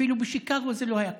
אפילו בשיקגו זה לא היה קורה.